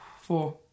Four